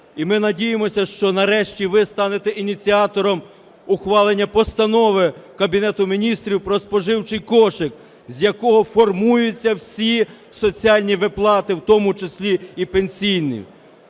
І ми надіємося, що нарешті ви станете ініціатором ухвалення постанови Кабінету Міністрів про споживчий кошик з якого формуються всі соціальні виплати, в тому числі і пенсійні.